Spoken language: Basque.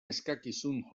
eskakizun